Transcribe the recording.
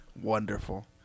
Wonderful